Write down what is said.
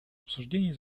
обсуждений